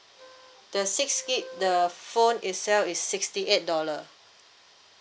the six gig the phone itself is sixty eight dollar